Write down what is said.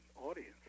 audience